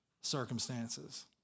circumstances